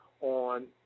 on